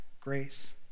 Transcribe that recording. grace